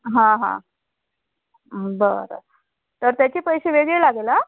हां हां बरं तर त्याचे पैसे वेगळे लागेल आ